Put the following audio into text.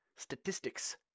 Statistics